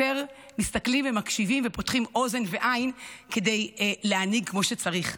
יותר מסתכלים ומקשיבים ופותחים אוזן ועין כדי להנהיג כמו שצריך.